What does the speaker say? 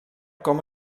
com